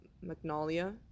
Magnolia